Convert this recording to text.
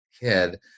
kid